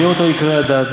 מודיעין אותו עיקרי הדת,